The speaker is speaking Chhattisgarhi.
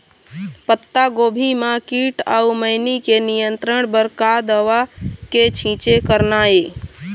पत्तागोभी म कीट अऊ मैनी के नियंत्रण बर का दवा के छींचे करना ये?